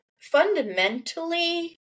Fundamentally